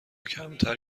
کمتر